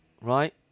right